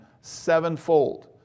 sevenfold